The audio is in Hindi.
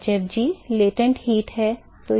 hfg गुप्त ऊष्मा है